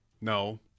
No